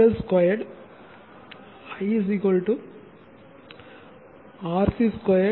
L 2 நான் R